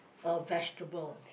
a vegetable